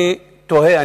אני תוהה,